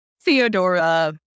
Theodora